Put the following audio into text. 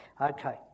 Okay